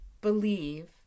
believe